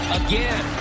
again